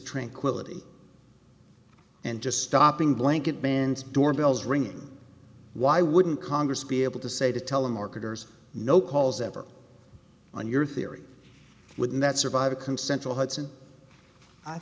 tranquility and just stopping blanket bans door bells ringing why wouldn't congress be able to say to telemarketers no calls ever on your theory would not survive a consentual hudson i